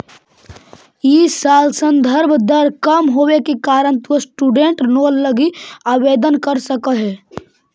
इ साल संदर्भ दर कम होवे के कारण तु स्टूडेंट लोन लगी आवेदन कर सकऽ हे